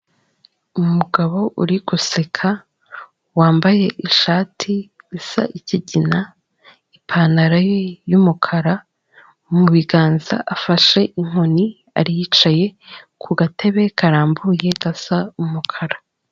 Umugabo uri guseka wambaye ishati isa ikigina, ipantaro y'umukara, mu biganza afashe inkoni, aricaye ku gatebe karambuye gasa umukara.